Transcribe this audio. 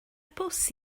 bws